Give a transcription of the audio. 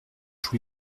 tous